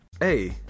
Hey